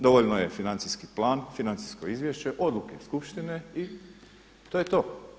Dovoljno je financijski plan, financijsko izvješće, odluke skupštine i to je to.